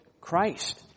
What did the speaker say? Christ